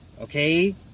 okay